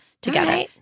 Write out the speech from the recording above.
together